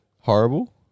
Horrible